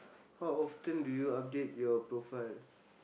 how often do you update your profile